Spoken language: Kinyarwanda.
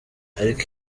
ariko